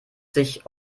sich